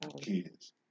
Kids